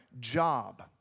job